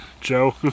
Joe